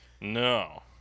No